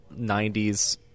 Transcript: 90s